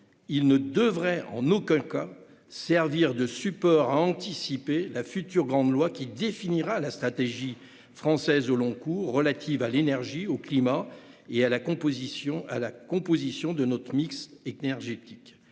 ne devrait en aucun cas servir de support pour anticiper la future grande loi qui définira la stratégie française au long cours relative à l'énergie, au climat et à la composition de notre mix énergétique,